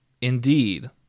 indeed